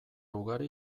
ugari